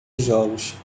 tijolos